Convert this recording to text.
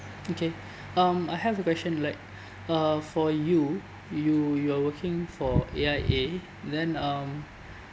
okay um I have a question like uh for you you you are working for A_I_A and then um